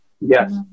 yes